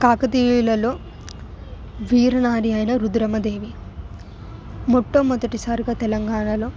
కాకతీయులలో వీర నారి అయిన రుద్రమదేవి మొట్టమొదటి సారిగా తెలంగాణలో